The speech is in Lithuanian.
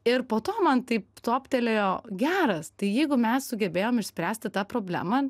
ir po to man taip toptelėjo geras tai jeigu mes sugebėjome išspręsti tą problemą